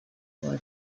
floor